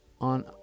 On